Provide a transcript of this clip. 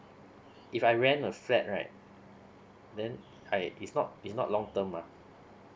if I rent a flat right then I it's not it's not long term ah